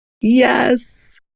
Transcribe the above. Yes